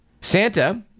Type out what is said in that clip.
Santa